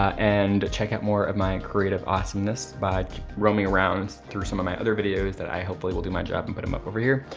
and check out more of my and creative awesomeness by roaming around through some of my other videos that i hopefully will do my job and put them up over here.